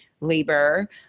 labor